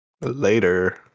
Later